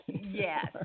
Yes